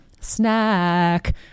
Snack